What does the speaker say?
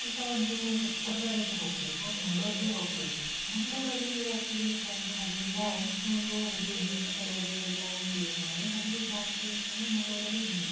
ಈಗ ಒಂದು ಹೊರ್ಗಡೆಗೆ ಹೋಗ್ತೀವಿ ಒಂದು ಮಂಗ್ಳೂರಿಗೆ ಹೋಗ್ತೀವಿ ಮಂಗಳೂರಲ್ಲಿ ಹೋಗ್ತೀವಿ ಅಂತ ಅಂದ್ರೆ ಅಲ್ಲೆಲ್ಲ ಒಂದು ಬೀಚ್ ಕಡೆಗೆ ಎಲ್ಲ ಹೋಗ್ತೀವಿ ಅಂತ ಅಂದ್ರೆ ಅಲ್ಲಿ ಜಾಸ್ತಿ ಅಂತ ಅಂದ್ರೆ ಮಂಗಳೂರಲ್ಲಿ ಮೀನು